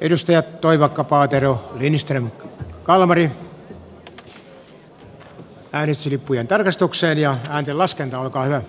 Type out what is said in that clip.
lenita toivakka sirpa paatero jari lindström ja anne